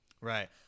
Right